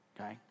Okay